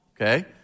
okay